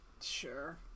sure